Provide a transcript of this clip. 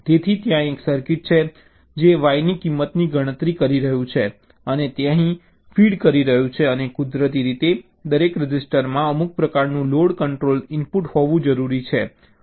તેથી ત્યાં એક સર્કિટ છે જે Y ની કિંમતની ગણતરી કરી રહ્યું છે અને તે અહીં ફીડ કરી રહ્યું છે અને કુદરતી રીતે દરેક રજીસ્ટરમાં અમુક પ્રકારનું લોડ કંટ્રોલ ઇનપુટ હોવું જરૂરી છે